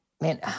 man